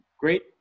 great